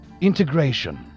Integration